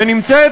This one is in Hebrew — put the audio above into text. ונמצאת,